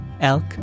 elk